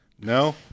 No